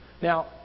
Now